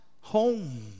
home